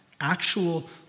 actual